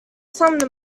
some